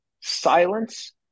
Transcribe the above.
silence